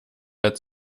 als